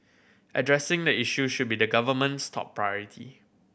addressing the issue should be the government's top priority